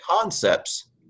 concepts